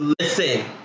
Listen